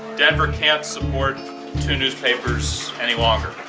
denver can't support two newspapers any longer,